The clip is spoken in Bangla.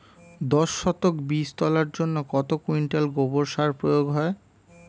দশ শতক বীজ তলার জন্য কত কুইন্টাল গোবর সার প্রয়োগ হয়?